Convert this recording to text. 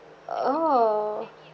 oh